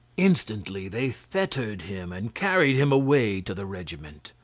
instantly they fettered him, and carried him away to the regiment.